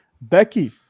Becky